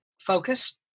Focus